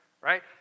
right